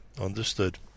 Understood